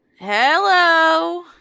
Hello